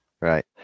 right